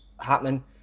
Happening